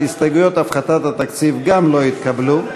בדבר הפחתת תקציב לא נתקבלו.